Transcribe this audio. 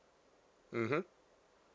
mmhmm